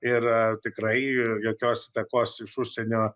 ir tikrai jokios įtakos iš užsienio